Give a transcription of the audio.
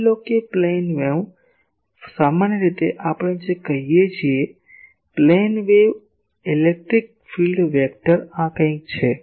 માની લો કે પ્લેન વેવ સામાન્ય રીતે આપણે જે કહીએ છીએ કે પ્લેન વેવ ઇલેક્ટ્રિક ફીલ્ડ સદિશ આ કંઈક છે